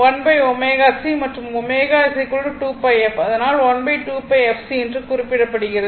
இது X 1ω C மற்றும் ω 2πf அதனால் 12πf C என்று குறிப்பிடபடுகிறது